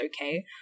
okay